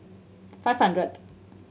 five hundredth